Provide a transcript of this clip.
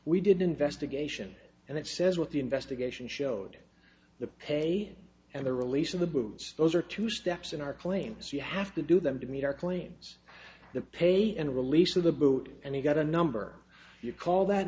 we did investigation and it says what the investigation showed the pay and the release of the boots those are two steps in our claims you have to do them to meet our claims the pay and release of the boot and you've got a number you call that